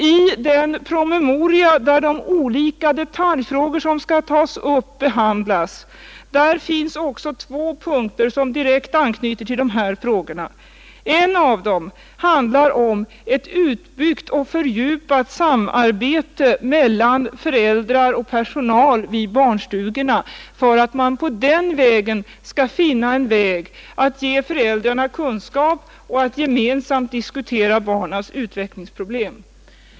I den promemoria, där de olika detaljfrågor som skall tas upp behandlas, finns också två punkter som direkt anknyter till de här frågorna. En av dem handlar om ett utbyggt och fördjupat samarbete mellan föräldrar och personal vid barnstugorna för att man där skall finna en väg att ge föräldrarna kunskap och att gemensamt diskutera barnens utvecklingsproblem.